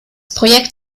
projekt